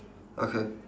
okay